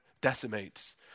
Decimates